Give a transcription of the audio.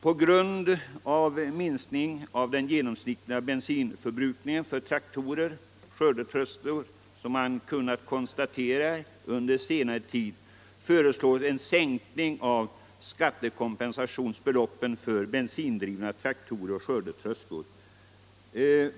På grund av den minskning av den genomsnittliga bensinförbrukningen för traktorer och skördetröskor som man kunnat konstatera under senare tid föreslås en sänkning av skattekompensationsbeloppen för bensindrivna traktorer och skördetröskor.